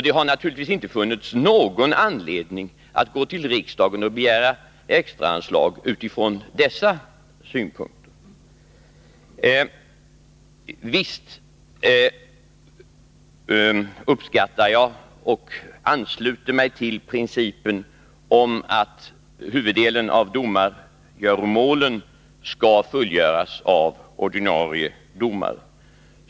Det har naturligtvis inte funnits någon anledning att gå till riksdagen och begära extra anslag utifrån dessa synpunkter. Visst ansluter jag mig till principen om att huvuddelen av domargöromålen skall fullgöras av ordinarie domare.